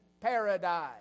paradise